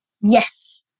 Yes